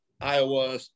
Iowa